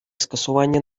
скасування